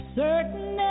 certain